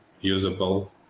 usable